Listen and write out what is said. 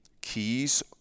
keys